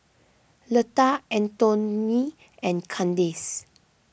Leta Antone and Kandace